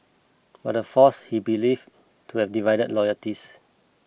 but the force he believe to have divided loyalties